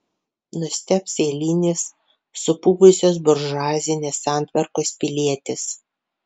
nustebs eilinis supuvusios buržuazinės santvarkos pilietis